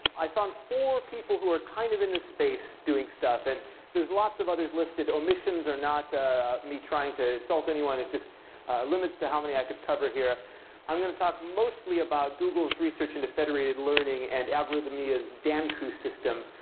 i found four people who are kind of in the space doing stuff, and there's lots of others listed. omissions are not ah me trying to insult anyone. it just limits to how many i could cover here i'm going to talk mostly about google's research into federated learning and algorithm known as danku system,